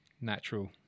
natural